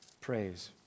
praise